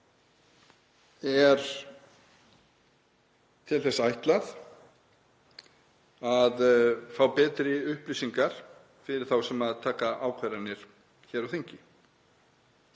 er til þess ætlað að fá betri upplýsingar fyrir þá sem taka ákvarðanir hér á þingi.